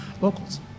locals